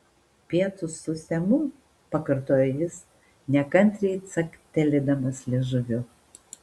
pietūs su semu pakartojo jis nekantriai caktelėdamas liežuviu